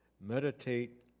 meditate